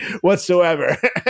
Whatsoever